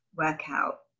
workout